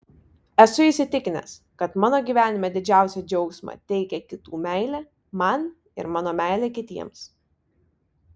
esu įsitikinęs kad mano gyvenime didžiausią džiaugsmą teikia kitų meilė man ir mano meilė kitiems